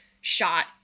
shot